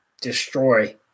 destroy